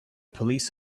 police